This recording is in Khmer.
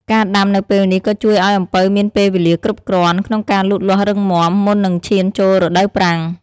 ការដាំនៅពេលនេះក៏ជួយឱ្យអំពៅមានពេលវេលាគ្រប់គ្រាន់ក្នុងការលូតលាស់រឹងមាំ មុននឹងឈានចូលរដូវប្រាំង។